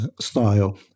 style